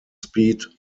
speed